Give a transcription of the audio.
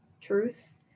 truth